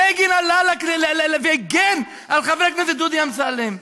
בגין הגן על חבר הכנסת דודי אמסלם.